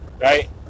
Right